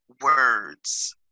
words